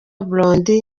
blondy